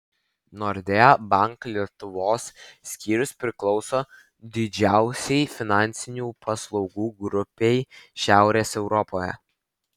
nordea bank lietuvos skyrius priklauso didžiausiai finansinių paslaugų grupei šiaurės europoje